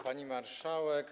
Pani Marszałek!